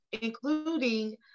including